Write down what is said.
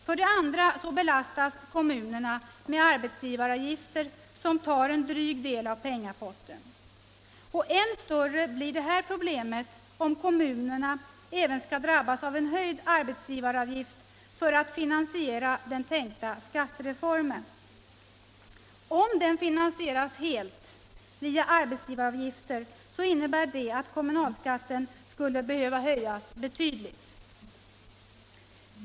För det andra belastas kommunerna med arbetsgivaravgifter som tar en dryg del av pengapotten. Än större blir det här problemet, om kommunerna även skall drabbas av en höjd arbetsgivaravgift för att finansiera den tänkta skattereformen. Om den finansieras helt via arbetsgivaravgift, innebär det att kommunalskatten måste höjas betydligt.